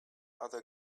other